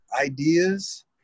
ideas